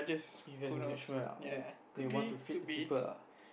event management ah oh they want to fit the people ah